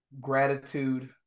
gratitude